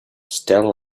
still